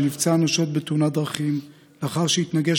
שנפצע אנושות בתאונת דרכים לאחר שהתנגש